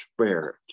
spirit